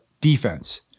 defense